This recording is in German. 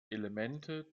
elemente